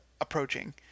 approaching